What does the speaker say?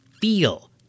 feel